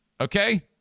okay